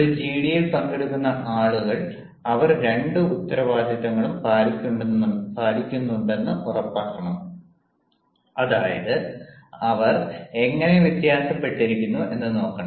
ഒരു ജിഡിയിൽ പങ്കെടുക്കുന്ന ആളുകൾ അവർ രണ്ട് ഉത്തരവാദിത്തങ്ങളും പാലിക്കുന്നുണ്ടെന്ന് ഉറപ്പാക്കണം അതായത് അവർ എങ്ങനെ വ്യത്യാസപ്പെട്ടിരിക്കുന്നു എന്ന് നോക്കണം